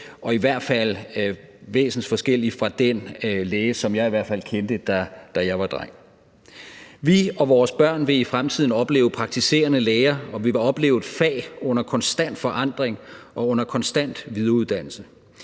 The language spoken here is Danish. og i hvert fald væsensforskellig fra den læge, som jeg i hvert fald kendte, da jeg var dreng. Vi og vores børn vil i fremtiden opleve praktiserende læger og vi vil opleve et fag under konstant forandring og under konstant videreuddannelse.